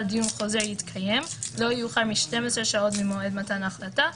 אבל דיון חוזר יתקיים לא יאוחר מ-12 שעות ממועד מתן ההחלטה,